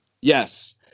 yes